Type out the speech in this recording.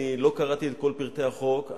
אני לא קראתי את כל פרטי החוק,